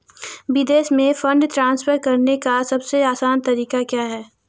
विदेश में fund transfer करने का सबसे आसान तरीका क्या है?